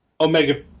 Omega